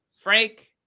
Frank